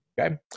Okay